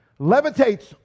Levitates